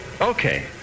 okay